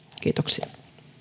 kiitoksia